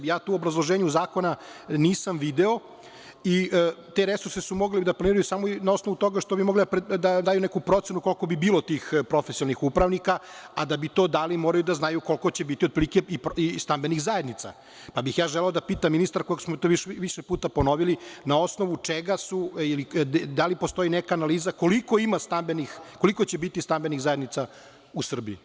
Ja to u obrazloženju zakona nisam video i te resurse su mogli da planiraju samo na osnovu toga što bi mogli da daju neku procenu koliko bi bilo tih profesionalnih upravnika, a da bi to dali, moraju da znaju koliko će biti otprilike stambenih zajednica, pa bih želeo da pitam ministarku, iako smo to više puta ponovili, na osnovu čega su i da li postoji analiza koliko će biti stambenih zajednica u Srbiji?